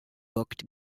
booked